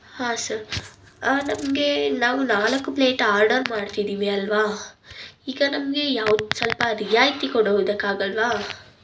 ಹಾಂ ಸರ್ ನಮ್ಗೆ ನಾವು ನಾಲ್ಕು ಪ್ಲೇಟ್ ಆರ್ಡರ್ ಮಾಡ್ತಿದ್ದೀವಿ ಅಲ್ಲವಾ ಈಗ ನಮಗೆ ಯಾವ್ದು ಸ್ವಲ್ಪ ಅದು ರಿಯಾಯಿತಿ ಕೊಡೋದಕ್ಕೆ ಆಗಲ್ಲವಾ